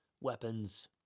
weapons